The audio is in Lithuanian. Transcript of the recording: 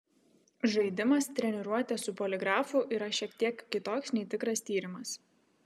žaidimas treniruotė su poligrafu yra šiek tiek kitoks nei tikras tyrimas